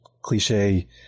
cliche